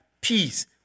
peace